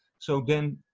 so then